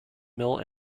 mill